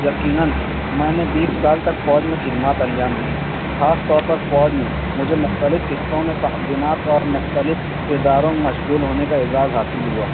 یقیناََ میں نے بیس سال تک فوج میں خدمات انجام دی ہیں خاص طور پر فوج میں مجھے مختلف حصوں میں تعینات اور مختلف کرداروں میں مشغول ہونے کا اعزاز حاصل ہوا